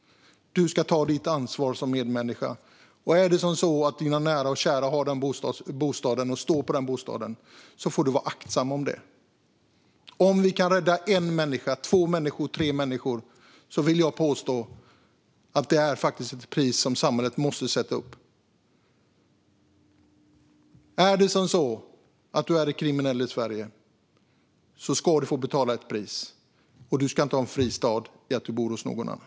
Man ska ta sitt ansvar som medmänniska, och vet man att nära och kära är skrivna på bostaden får man vara aktsam. Kan vi rädda en, två eller tre människor vill jag påstå att detta är ett pris som samhället måste sätta. Är man kriminell i Sverige får man betala ett pris för det och inte ha en fristad för att man bor hos någon annan.